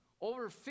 Over